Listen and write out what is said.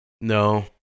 No